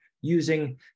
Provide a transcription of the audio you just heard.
using